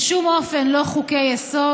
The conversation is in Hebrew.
ובשום אופן לא חוקי-יסוד,